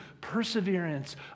perseverance